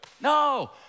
No